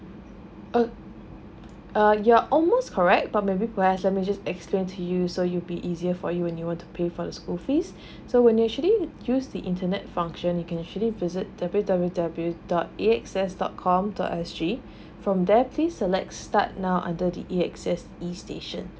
oh uh you're almost correct but maybe for I let me just explain to you so you be easier for you when you want to pay for the school fees so when they actually use the internet function you can actually visit W W W dot A X S dot com dot S G from there please select start now under the A_X_S E station